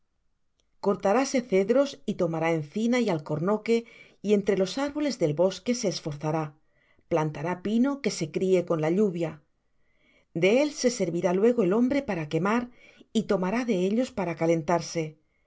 cortaráse cedros y tomará encina y alcornoque y entre los árboles del bosque se esforzará plantará pino que se críe con la lluvia de él se servirá luego el hombre para quemar y tomará de ellos para calentarse